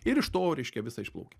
ir iš to reiškia visa išplaukia